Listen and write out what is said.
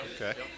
Okay